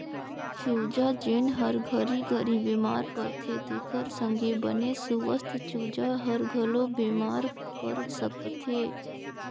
चूजा जेन हर घरी घरी बेमार परथे तेखर संघे बने सुवस्थ चूजा हर घलो बेमार पर सकथे